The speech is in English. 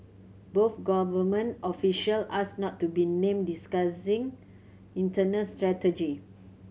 both government official asked not to be named discussing internal strategy